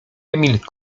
emil